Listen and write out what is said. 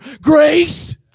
Grace